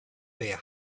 their